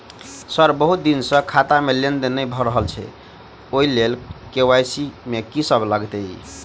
Sir बहुत दिन सऽ खाता मे लेनदेन नै भऽ रहल छैय ओई लेल के.वाई.सी मे की सब लागति ई?